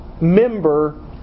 Member